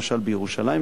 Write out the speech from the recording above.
למשל בירושלים,